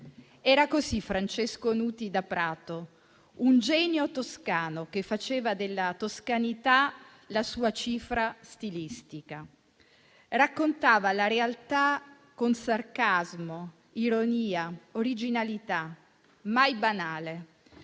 Era così Francesco Nuti da Prato, un genio toscano che faceva della toscanità la sua cifra stilistica. Raccontava la realtà con sarcasmo, ironia, originalità, mai banale,